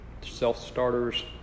self-starters